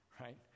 right